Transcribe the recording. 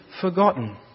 forgotten